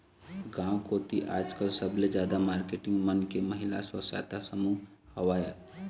गांव कोती आजकल सबले जादा मारकेटिंग मन के महिला स्व सहायता समूह हवय